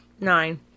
Nine